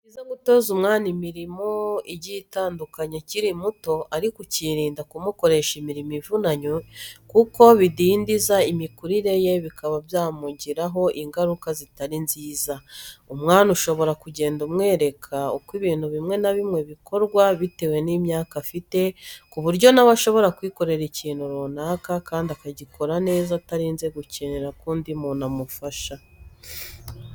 Ni byiza gutoza umwana imirimo igiye itandukanye akiri muto ariko ukurinda kumukoresha imirimo ivunanye kuko bidindiza imikurire ye bikaba byamugiraho ingaruka zitari nziza. Umwana ushobora kugenda umwereka uko ibintu bimwe na bimwe bikorwa bitewe n'imyaka afite ku buryo nawe ashobora kwikorera ikintu runaka kandi akagikora neza atarinze gukenera ko undi muntu amufasha.